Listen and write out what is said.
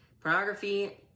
pornography